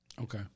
Okay